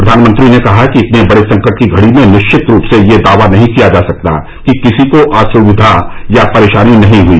प्रधानमंत्री ने कहा कि इतने बड़े संकट की घड़ी में निश्चित रूप से यह दावा नहीं किया जा सकता कि किसी को असुविधा या परेशानी नहीं हुई